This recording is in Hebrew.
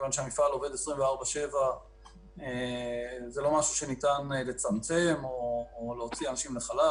מכיוון שהמפעל עובד 24/7 זה לא משהו שניתן לצמצם או להוציא אנשים לחל"ת.